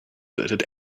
that